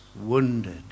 wounded